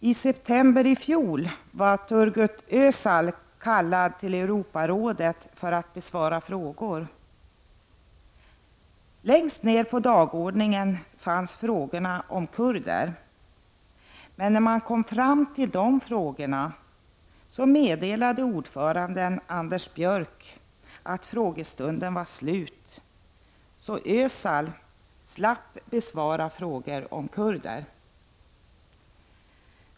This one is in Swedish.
I september i fjol var Turgut Özal kallad till Europarådet för att besvara frågor. Längst ner på dagordningen fanns frågorna om kurder. Men när man kom fram till dessa frågor så meddelade ordföranden Anders Björck att frågestunden var slut. så att Özal slapp besvara frågor om kurderna.